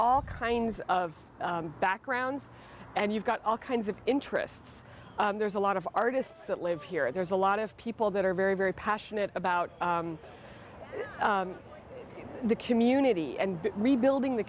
all kinds of backgrounds and you've got all kinds of interests there's a lot of artists that live here and there's a lot of people that are very very passionate about the community and rebuilding the